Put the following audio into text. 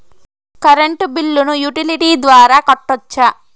Current బిల్లును utility ద్వారా కట్టొచ్చా?